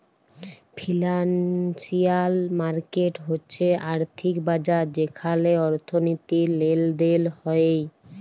financial market হচ্যে আর্থিক বাজার যেখালে অর্থনীতির লেলদেল হ্য়েয়